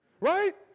Right